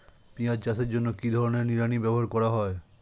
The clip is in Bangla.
পিঁয়াজ চাষের জন্য কি ধরনের নিড়ানি ব্যবহার করা হয়?